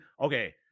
okay